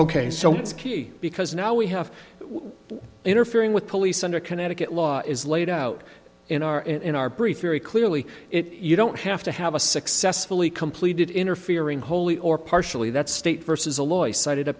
it's key because now we have interfering with police under connecticut law is laid out in our in our brief period clearly it you don't have to have a successfully completed interfering wholly or partially that state versus a lawyer cited a